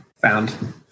found